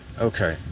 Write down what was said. Okay